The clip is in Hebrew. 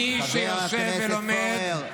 מי שיושב ולומד, חבר הכנסת פורר.